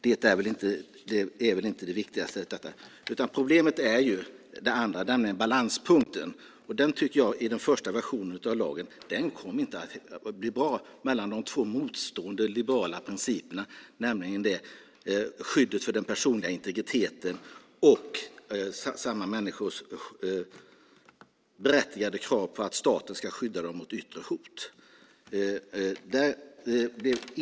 Detta är dock inte det viktigaste, utan problemet är ett annat, nämligen balanspunkten. I den första versionen av lagen tycker jag inte att balansen blev bra mellan de två motstående liberala principerna, nämligen skyddet för människors personliga integritet och samma människors berättigade krav på att staten ska skydda dem mot yttre hot.